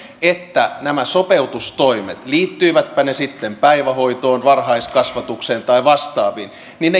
että nämä sopeutustoimet liittyivätpä ne sitten päivähoitoon varhaiskasvatukseen tai vastaaviin